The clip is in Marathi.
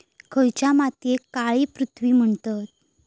खयच्या मातीयेक काळी पृथ्वी म्हणतत?